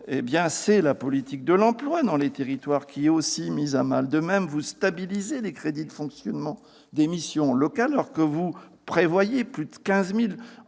c'est la politique de l'emploi dans les territoires qui est aussi mise à mal. De même, vous stabilisez les crédits de fonctionnement des missions locales, alors que vous prévoyez, plus de 15 000